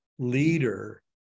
leader